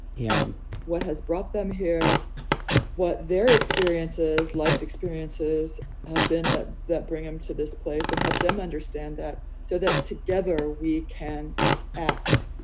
yeah um what has brought them here what their experiences life experiences, have been that, that bring them to this place and help them understand that so that together we can act,